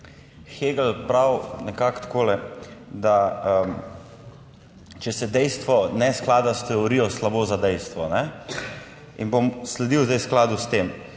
Hegel pravi nekako takole, da če se dejstvo ne sklada s teorijo, slabo za dejstvo in bom sledil zdaj v skladu s tem.